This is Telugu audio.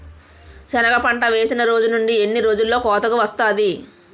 సెనగ పంట వేసిన రోజు నుండి ఎన్ని రోజుల్లో కోతకు వస్తాది?